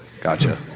gotcha